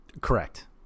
correct